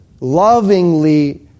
lovingly